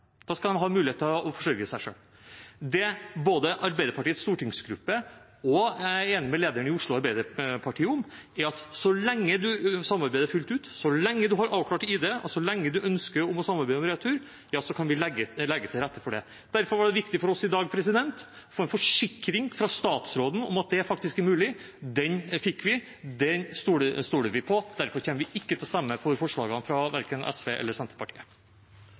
da skal de ha en mulighet til å forsørge seg selv. Det både Arbeiderpartiets stortingsgruppe og jeg er enig med lederen i Oslo Arbeiderparti i, er at så lenge man samarbeider fullt ut, så lenge man har avklart ID, og så lenge man ønsker å samarbeide om retur, kan vi legge til rette for det. Derfor var det viktig for oss i dag å få en forsikring fra statsråden om at det faktisk er mulig. Den fikk vi, den stoler vi på. Derfor kommer vi ikke til å stemme for forslagene fra verken SV eller Senterpartiet.